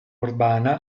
urbana